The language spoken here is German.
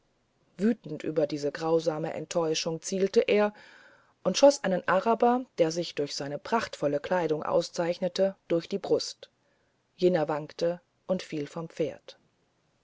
wütend über diese grausame enttäuschung zielte er und schoß einen araber der sich durch seine prachtvolle kleidung auszeichnete durch die brust jener wankte und fiel vom pferd